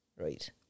Right